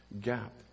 gap